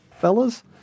fellas